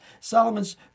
Solomon's